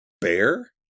bear